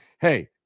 hey